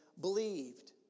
believed